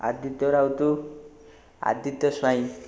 Aditya Raut Aditya Swain